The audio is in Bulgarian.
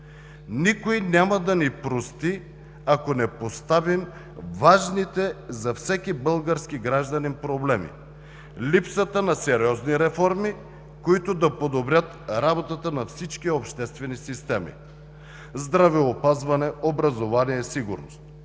Никой няма да ни прости, ако не поставим важните за всеки български гражданин проблеми: липсата на сериозни реформи, които да подобрят работата на всички обществени системи – здравеопазване, образование, сигурност;